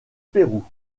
pérou